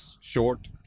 short